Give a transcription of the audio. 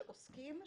שעוסקים,